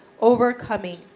overcoming